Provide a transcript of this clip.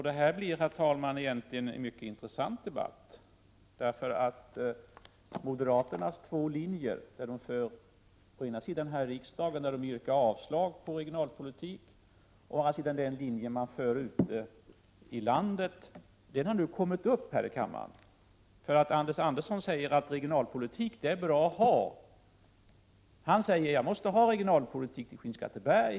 Det här blir egentligen en mycket intressant debatt, eftersom moderaternas två linjer — den linje man å ena sidan driver här i riksdagen, där man yrkar avslag på regionalpolitik och å andra sidan den man driver ute i landet — nu har kommit upp här i kammaren. Anders Andersson säger ju att regionalpolitik är bra. Han säger: Jag måste ha en regionalpolitik i Skinnskatteberg.